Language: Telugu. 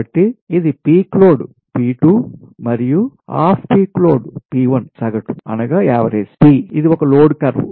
కాబట్టి ఇది పీక్ లోడ్ P 2 మరియు ఆఫ్ పీక్ లోడ్ P1 సగటు యావరేజ్ P ఇది లోడ్ కర్వ్